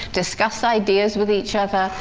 discuss ideas with each other,